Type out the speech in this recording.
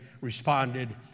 responded